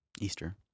Easter